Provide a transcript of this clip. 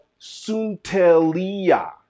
suntelia